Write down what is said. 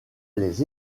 les